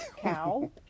cow